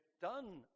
done